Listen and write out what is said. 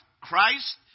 Christ